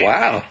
Wow